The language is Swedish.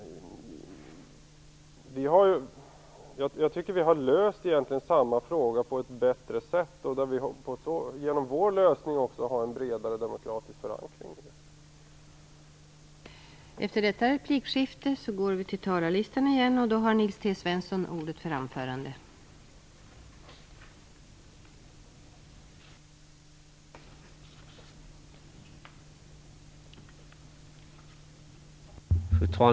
Miljöpartiet har löst denna fråga på ett bättre sätt, och vi har också en bredare demokratisk förankring för vår lösning.